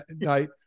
night